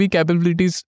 Capabilities